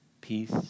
peace